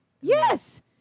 Yes